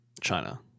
China